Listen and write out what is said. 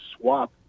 swap